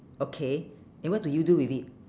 okay and what do you do with it